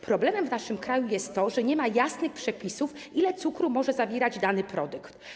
Problemem w naszym kraju jest to, że nie ma jasnych przepisów, które określają, ile cukru może zawierać dany produkt.